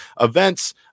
Events